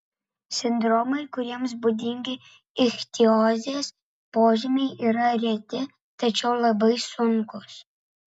sindromai kuriems būdingi ichtiozės požymiai yra reti tačiau labai sunkūs